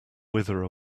wither